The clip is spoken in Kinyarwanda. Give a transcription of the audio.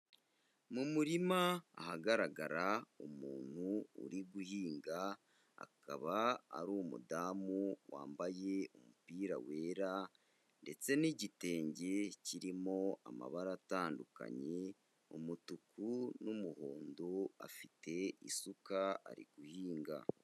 Mu murima ahagaragara umuntu uri guhinga, akaba ari umudamu wambaye umupira wera ndetse n'igitenge kirimo amabara atandukanye umutuku n'umuhondo, afite isuka ari guhinga.